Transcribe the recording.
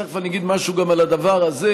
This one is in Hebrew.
ותכף אני אגיד משהו גם על הדבר הזה,